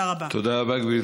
תודה רבה.